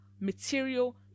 material